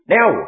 Now